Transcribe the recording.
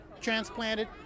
transplanted